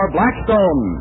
Blackstone